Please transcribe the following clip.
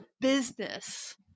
business